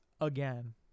again